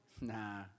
Nah